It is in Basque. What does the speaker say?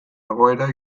egoera